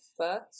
first